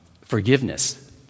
forgiveness